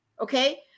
okay